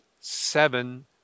seven